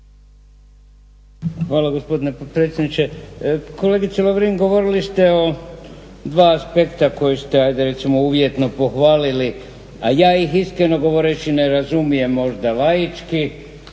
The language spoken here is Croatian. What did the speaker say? Hvala gospodine potpredsjedniče. Kolegice Lovrin, govorili ste o dva aspekta koji ste hajde recimo uvjetno pohvalili a ja ih istina govoreći ne razumijem možda laički,